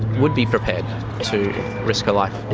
would be prepared to risk her life.